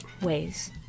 ways